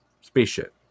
spaceship